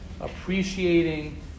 appreciating